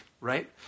right